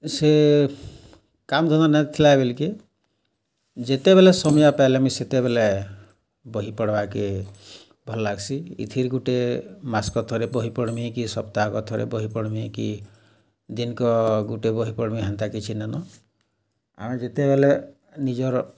ସେ କାମ୍ ଧନ୍ଦା ନାଇଥିଲା ବେଲ୍କେ ଯେତେବେଲେ ସମିଆ ପାଏଲେ ମୁଇଁ ସେତେବେଲେ ବହି ପଢ଼୍ବାକେ ଭଲ୍ ଲାଗ୍ସି ଇଥି ଗୁଟେ ମାସ୍କ ଥରେ ବହି ପଢ଼୍ମି କି ସପ୍ତାହକେ ଥରେ ବହି ପଢ଼୍ମି କି ଦିନ୍କ ଗୁଟେ ବହି ପଢ଼୍ମି ହେନ୍ତା କିଛି ନାଇନ ଆମେ ଯେତେବେଲେ ନିଜର୍